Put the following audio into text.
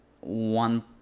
one